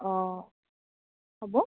অঁ হ'ব